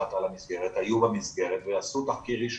המפקחת על המסגרת, היו במסגרת ועשו תחקיר ראשוני,